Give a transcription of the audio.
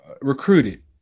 recruited